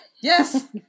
yes